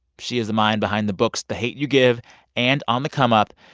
she is the mind behind the books, the hate u give and on the come up.